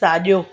साॼो